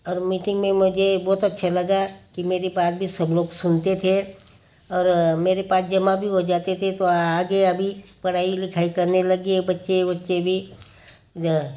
और मीटिंग में मुझे बहुत अच्छा लगा कि मेरी बात भी सब लोग सुनते थे और मेरे पास जमा भी हो जाते थे तो आगे अभी पढ़ाई लिखाई करने लगे बच्चे वच्चे भी जो